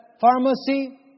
pharmacy